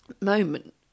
moment